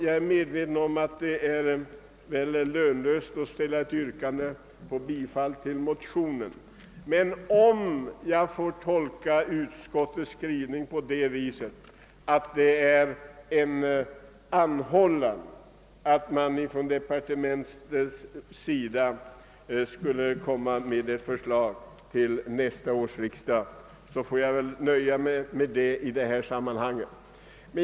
Jag är medveten om att det är lönlöst att ställa ett yrkande om bifall till motionen, men om jag får tolka utskottets skrivning såsom en anmodan till departementet att framlägga förslag till nästa års riksdag, så får jag väl nöja mig med detta i sammanhanget.